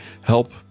help